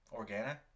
Organa